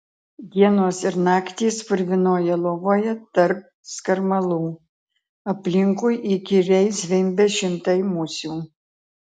dienos ir naktys purvinoje lovoje tarp skarmalų aplinkui įkyriai zvimbia šimtai musių